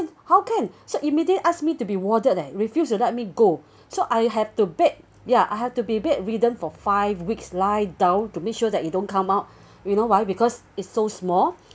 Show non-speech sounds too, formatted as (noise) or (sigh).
how can so immediately asked me to be warded leh refused to let me go (breath) so I have to bed ya I had to be bedridden for five weeks lie down to make sure that you don't come out (breath) you know why because it's so small (breath)